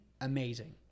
amazing